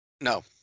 No